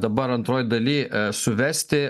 dabar antroj daly suvesti